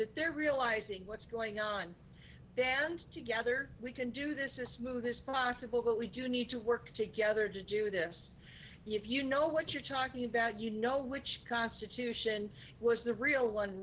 that they're realizing what's going on there and together we can do this in a smooth as possible but we do need to work together to do this if you know what you're talking about you know which constitution was the real one